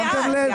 שמתם לב?